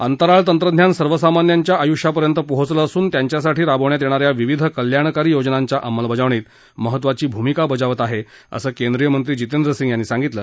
अंतराळ तंत्रज्ञान सर्वसामान्यांच्या आयुष्यापर्यंत पोहोचलं असून त्यांच्यासाठी राबवण्यात येणाऱ्या विविध कल्याणकारी योजनांच्या अंमलबजावणीत महत्त्वाची भूमिका बजावत आहेत असं केंद्रीय मंत्री जितेंद्रसिंग यांनी सांगितलं